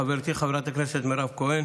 חברתי חברת הכנסת מירב כהן